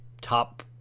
top